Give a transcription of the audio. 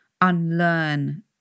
unlearn